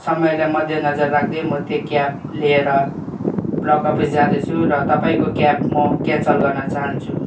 समयलाई मध्य नजर राख्दै म त्यो क्याब लिएर ब्लक अफिस जाँदैछु र तपाईँको क्याब म क्यान्सल गर्नु चाहन्छु